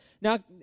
Now